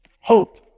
hope